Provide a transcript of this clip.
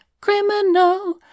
criminal